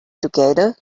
together